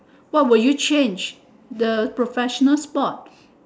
what will you change the professional sport